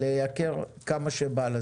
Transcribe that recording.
לייקר כמה שבא לכם.